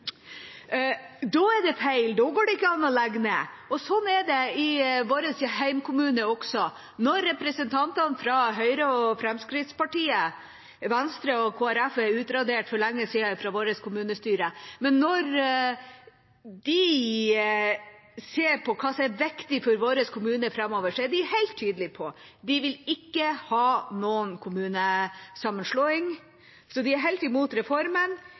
Da er det feil, da går det ikke an å legge ned. Sånn er det også i vår hjemkommune når representantene fra Høyre og Fremskrittspartiet – Venstre og Kristelig Folkeparti er utradert for lenge siden fra vårt kommunestyre – ser på hva som er viktig for vår kommune framover. Da er de helt tydelige på at de ikke vil ha noen kommunesammenslåing. De er helt imot reformen.